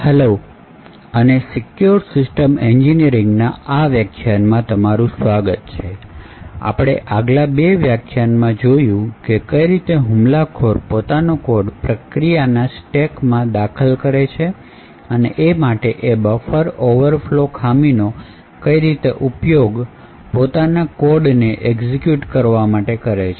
hello અને secure system એન્જિનિયરિંગના વ્યાખ્યાનમાં તમારુ સ્વાગત છે આપણે આગલા બે વ્યાખ્યાનમાં જોયું કે કઈ રીતે હુમલાખોર પોતાનો કોડ પ્રક્રિયાના સ્ટેકમાં દાખલ કરે છે અને એ માટે એ બફર ઓવરફ્લો ખામીનો કઈ રીતે ઉપયોગ પોતાના કોડને એક્ઝિક્યુટ કરવા કરે છે